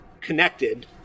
connected